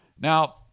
Now